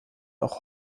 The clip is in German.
auch